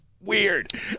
weird